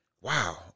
wow